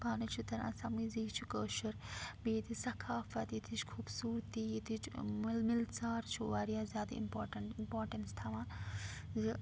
پانٔے چھُ تَران سَمٕجھ زِ یہِ چھُ کٲشُر بیٚیہِ ییٚتِچ ثقافت ییٚتِچ خوٗبصوٗرتی ییٚتِچ ٲں مِل ژار چھُ واریاہ زیادٕ اِمپارٹیٚنٹ اِمپارٹیٚنٕس تھاوان زِ